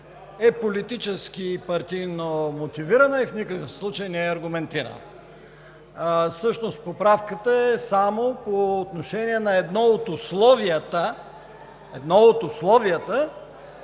е политически и партийно мотивирана и в никакъв случай не е аргументирана. Всъщност поправката е само по отношение на едно от условията – професионалист